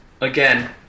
Again